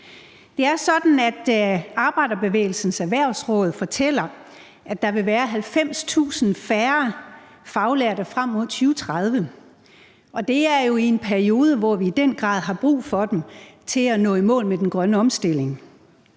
Arbejderbevægelsens Erhvervsråd fortæller, at der vil være 90.000 færre faglærte frem mod 2030, og det er jo i en periode, hvor vi i den grad har brug for dem til at nå i mål med den grønne omstilling.